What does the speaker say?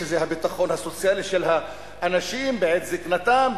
שזה הביטחון הסוציאלי של האנשים בעת זיקנתם,